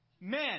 men